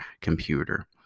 computer